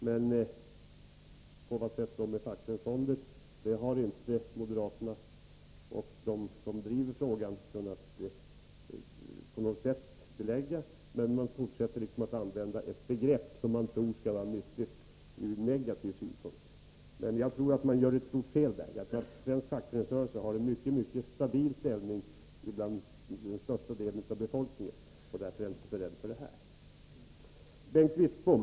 På vilket sätt fonderna är fackföreningsfonder har inte moderaterna och de som driver frågan kunnat belägga på något sätt, men man fortsätter att använda ett begrepp som man tror skall vara nyttigt från negativ synpunkt. Jag tror dock att man gör ett stort fel. Svensk fackföreningsrörelse har en mycket stabil ställning inom den största delen av befolkningen, och därför är jag inte så rädd för detta. Så några ord till Bengt Wittbom.